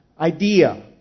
idea